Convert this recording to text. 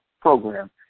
program